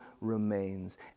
remains